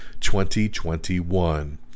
2021